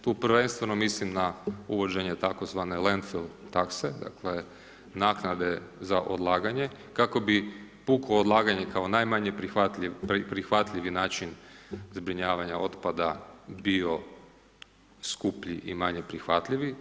Tu prvenstvenom mislim na uvođenje tzv. ... takse, dakle naknade za odlaganje kako bi puko odlaganje kao najmanje prihvatljivi način zbrinjavanja otpada bio skuplji i manje prihvatljivi.